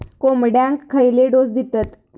कोंबड्यांक खयले डोस दितत?